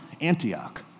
Antioch